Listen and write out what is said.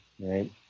right